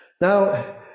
Now